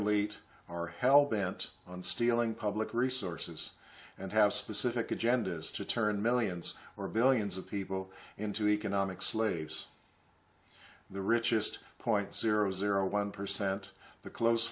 elite are hell bent on stealing public resources and have specific agendas to turn millions or billions of people into economic slaves the richest point zero zero one percent the close